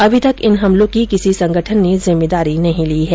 अभी तक इन हमलों की किसी संगठन ने जिम्मेदारी नहीं ली है